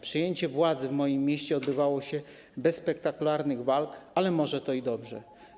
Przejęcie władzy w moim mieście odbywało się bez spektakularnych walk, ale może to i dobrze.